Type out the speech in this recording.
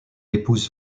épouse